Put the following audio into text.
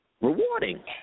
rewarding